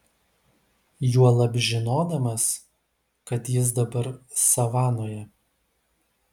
juolab žinodamas kad jis dabar savanoje